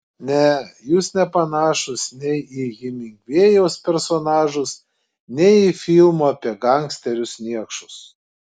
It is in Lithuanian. ne jūs nepanašūs nei į hemingvėjaus personažus nei į filmų apie gangsterius niekšus